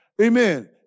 amen